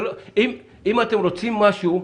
אם אתם רוצים משהו,